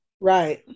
Right